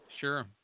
Sure